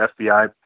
FBI